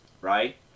right